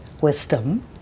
wisdom